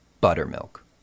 buttermilk